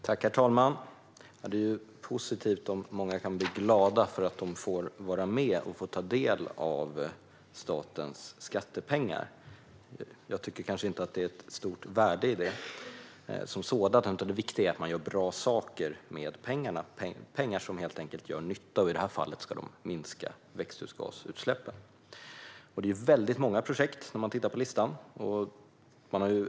Herr talman! Det är positivt om många blir glada över att de får vara med och ta del av statens skattepengar. Jag tycker kanske inte att det är ett stort värde i det som sådant, utan det viktiga är att man gör bra saker med pengarna. Pengar ska göra nytta, och i detta fall ska de minska växthusgasutsläppen. När man tittar på listan ser man att det handlar om väldigt många projekt.